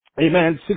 Amen